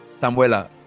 Samuela